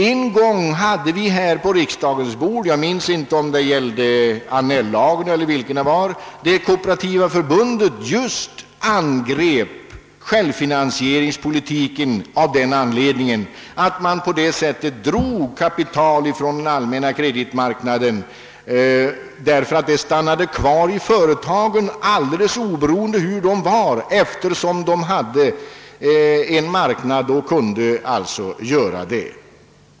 En gång hade vi på riksdagens bord ett lagförslag — jag minns inte om det var Annell-lagen — där Kooperativa förbundet angrep självfinansieringspolitiken av just den anledningen att självfinansieringen drog kapital från allmänna kreditmarknaden. Kapitalet stannade kvar i företagen alldeles oberoende av hurudana dessa var, och företagen kunde göra på detta sätt därför att de hade en marknad.